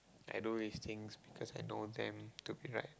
I do these things because I know them to be right